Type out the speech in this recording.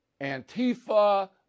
Antifa